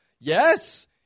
Yes